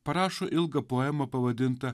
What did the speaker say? parašo ilgą poemą pavadintą